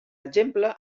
exemple